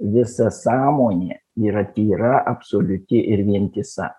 visa sąmonė yra tyra absoliuti ir vientisa